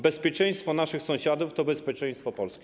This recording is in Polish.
Bezpieczeństwo naszych sąsiadów to bezpieczeństwo Polski.